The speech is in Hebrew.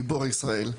גיבור ישראל.